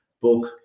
book